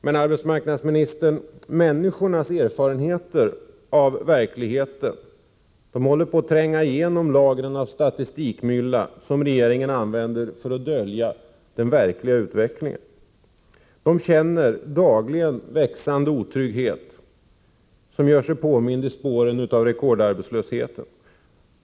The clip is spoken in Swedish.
Men, arbetsmarknadsministern, människornas erfarenheter av verkligheten håller på att tränga igenom lagren av statistikmylla som regeringen använder för att dölja den verkliga utvecklingen. De känner dagligen den växande otrygghet som gör sig påmind i spåren av rekordarbetslösheten.